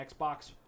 Xbox